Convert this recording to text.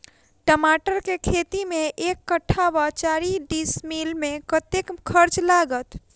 टमाटर केँ खेती मे एक कट्ठा वा चारि डीसमील मे कतेक खर्च लागत?